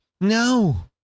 No